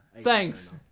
Thanks